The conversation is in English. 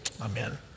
amen